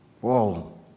Whoa